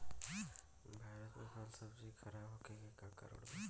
भारत में फल सब्जी खराब होखे के का कारण बा?